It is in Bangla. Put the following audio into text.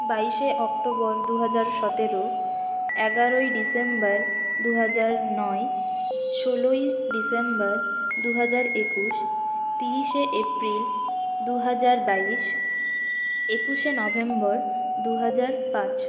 বাইশে অক্টোবর দু হাজার সতেরো এগারোই ডিসেম্বর দু হাজার নয় ষোলই ডিসেম্বর দু হাজার একুশ তিরিশে এপ্রিল দু হাজার বাইশ একুশে নভেম্বর দু হাজার পাঁচ